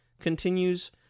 continues